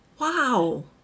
Wow